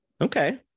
okay